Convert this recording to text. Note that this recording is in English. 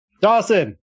Dawson